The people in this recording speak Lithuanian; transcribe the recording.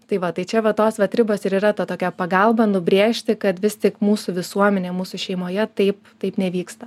tai va tai čia va tos vat ribos ir yra tokia pagalba nubrėžti kad vis tik mūsų visuomenėj mūsų šeimoje taip taip nevyksta